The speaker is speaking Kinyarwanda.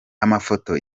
amafoto